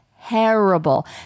terrible